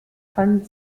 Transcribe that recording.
von